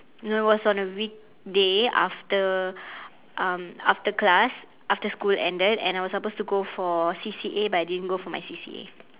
no it was on a weekday after um after class after school ended and I was supposed to go for C_C_A but I didn't go for my C_C_A